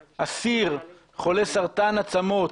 אסיר, חולה סרטן עצמות,